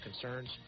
concerns